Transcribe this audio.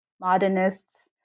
modernists